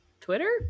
Twitter